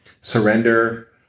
surrender